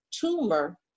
tumor